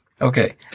Okay